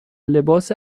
لباس